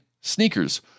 sneakers